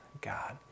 God